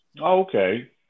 Okay